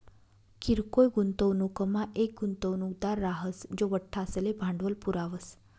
किरकोय गुंतवणूकमा येक गुंतवणूकदार राहस जो बठ्ठासले भांडवल पुरावस